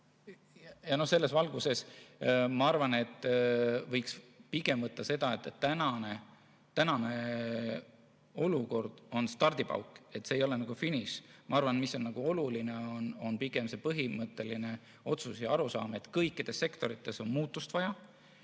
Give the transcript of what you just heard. Selles valguses ma arvan, et seda võiks pigem näha nii, et tänane olukord on stardipauk, see ei ole finiš. Ma arvan, et oluline on pigem see põhimõtteline otsus ja arusaam, et kõikides sektorites on muutust vaja.